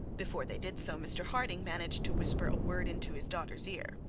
before they did so mr harding managed to whisper a word into his daughter's ear.